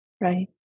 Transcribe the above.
right